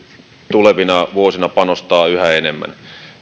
tulevina vuosina panostaa yhä enemmän